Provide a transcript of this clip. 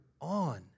on